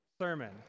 sermon